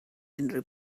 unrhyw